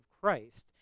Christ